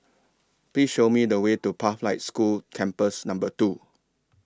Please Show Me The Way to Pathlight School Campus Number two